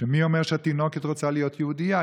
מי אומר שהתינוקת רוצה להיות יהודייה?